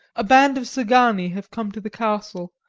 a band of szgany have come to the castle,